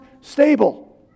stable